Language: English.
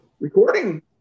Recording